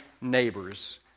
neighbors